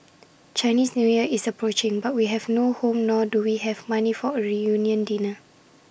Chinese New Year is approaching but we have no home nor do we have money for A reunion dinner